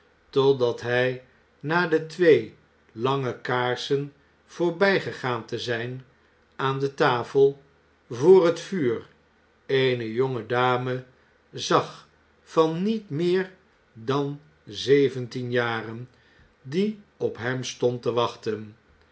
totdat hij na de twee lange kaarsen voorbjjgegaan te zijn aan de tafel voor het vuur eene jonge dame zag van niet meer den zeventien jafen die op hem stond te wachten